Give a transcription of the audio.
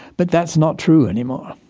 but that's not true anymore.